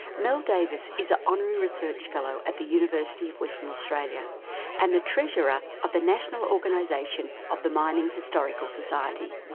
mel davis is an honorary research fellow at the university of western australia and the treasurer of the national organisation of the mining historical society.